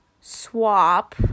swap